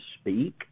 speak